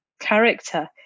character